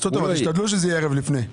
אני רוצה שישתדלו שזה יהיה ערב לפני.